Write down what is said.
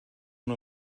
nur